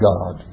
God